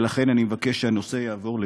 ולכן אני מבקש שהנושא יעבור לוועדה,